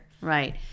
Right